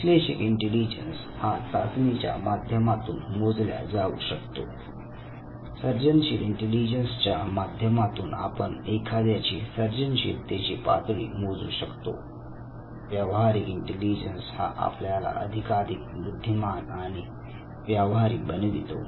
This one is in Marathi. विश्लेषक इंटेलिजन्स हा चाचणी च्या माध्यमातून मोजल्या जाऊ शकतो सर्जनशील इंटेलिजन्स च्या माध्यमातून आपण एखाद्याची सर्जनशीलतेची पातळी मोजू शकतो व्यावहारिक इंटेलिजन्स हा आपल्याला अधिकाधिक बुद्धीमान आणि व्यावहारिक बनवितो